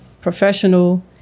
professional